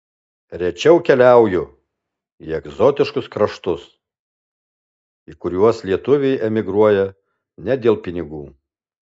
rečiau keliauju į egzotiškus kraštus į kuriuos lietuviai emigruoja ne dėl pinigų